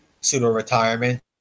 pseudo-retirement